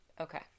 Okay